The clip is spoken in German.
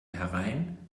herein